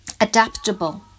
adaptable